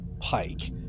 Pike